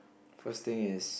first thing is